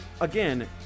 again